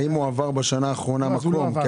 האם הוא עבר בשנה האחרונה מקום,